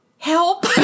Help